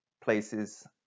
places